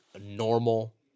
normal